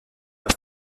leur